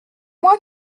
moi